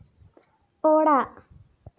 ᱚᱲᱟᱜ